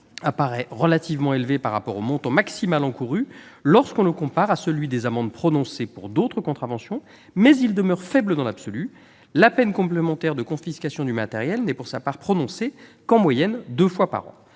apparaît relativement élevé par rapport au montant maximal encouru lorsqu'on le compare à celui des amendes prononcées pour d'autres contraventions, mais il demeure faible dans l'absolu. La peine complémentaire de confiscation du matériel n'est pour sa part prononcée qu'en moyenne deux fois par an.